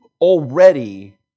already